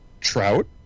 Trout